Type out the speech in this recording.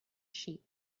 sheep